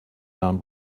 down